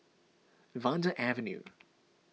Vanda Avenue